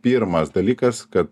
pirmas dalykas kad